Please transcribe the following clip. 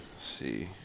see